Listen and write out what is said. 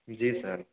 जी sir